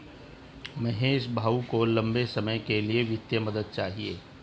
महेश भाऊ को लंबे समय के लिए वित्तीय मदद चाहिए